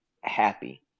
happy